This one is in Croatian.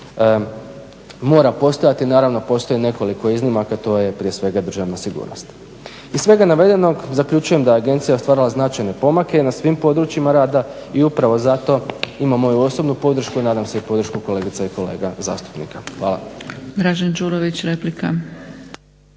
mora postojati, naravno postoji nekoliko iznimaka, to je prije svega državna sigurnost. Iz svega navedenog, zaključujem da je agencija stvarala značajne pomake na svim područjima rada i upravo zato ima moju osobnu podršku, nadam se i podršku kolegica i kolega zastupnika. Hvala.